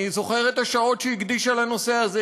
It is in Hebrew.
אני זוכר את השעות שהיא הקדישה לנושא הזה.